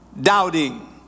doubting